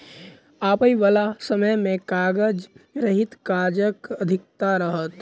आबयबाला समय मे कागज रहित काजक अधिकता रहत